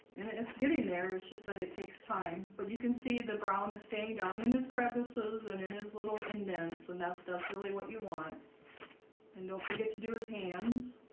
it's getting there it's just that it takes time but you can see the brown is staying down in his crevices and in his little indents and that that's really what you want and don't forget to do his hands